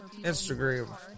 Instagram